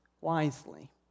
wisely